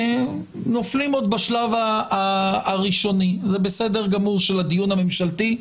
נופלים עוד בשלב הראשוני של הדיון הממשלתי,